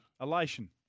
Elation